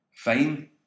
fine